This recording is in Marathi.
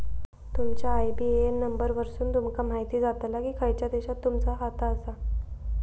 तुमच्या आय.बी.ए.एन नंबर वरसुन तुमका म्हायती जाताला की खयच्या देशात तुमचा खाता आसा